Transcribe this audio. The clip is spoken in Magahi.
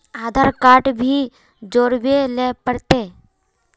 आधार कार्ड भी जोरबे ले पड़ते?